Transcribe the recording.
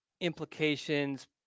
implications